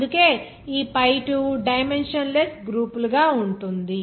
అందుకే ఈ pi 2 dimensionless గ్రూపులు గా ఉంటుంది